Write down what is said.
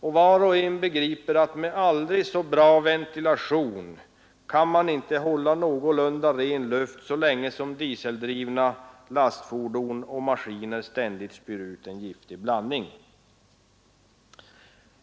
och var och en begriper att med aldrig så bra ventilation kan man inte hålla någorlunda ren luft så länge som dieseldrivna lastfordon och maskiner ständigt spyr ut en giftig blandning.